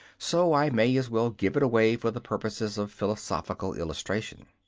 so i may as well give it away for the purposes of philosophical illustration.